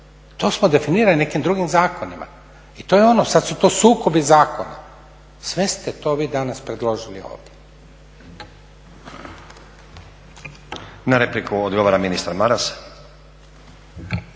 To smo definirali nekim drugim zakonima i to je ono, sad su to sukobi zakona. Sve ste to vi danas predložili ovdje. **Stazić, Nenad (SDP)** Na repliku odgovara ministar Maras.